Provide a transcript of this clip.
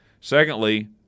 Secondly